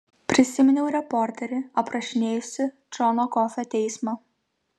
prisiminiau reporterį aprašinėjusį džono kofio teismą